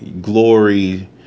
glory